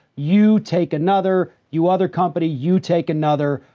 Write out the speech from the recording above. you take another, you other company, you take another,